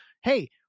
Hey